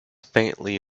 faintly